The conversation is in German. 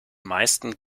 meisten